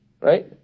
Right